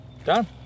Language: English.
Done